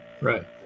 Right